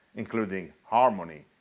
including harmony,